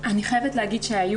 בכנסת שהיה